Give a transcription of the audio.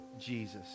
jesus